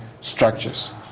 structures